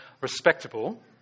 respectable